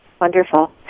Wonderful